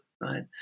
right